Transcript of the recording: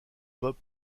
bob